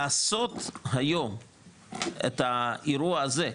לעשות היום את האירוע הזה,